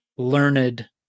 Learned